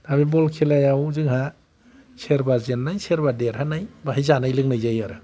दा बे बल खेलायाव जोंहा सोरबा जेननाय सोरबा देरहानाय बेवहाय जानाय लोंनाय जायो आरो